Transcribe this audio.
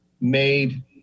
made